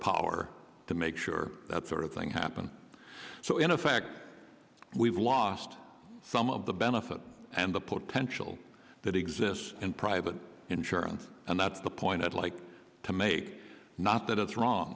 power to make sure that sort of thing happen so in effect we've lost some of the benefit and the potential that exists in private insurance and that's the point i'd like to make not that it's wrong